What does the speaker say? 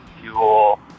fuel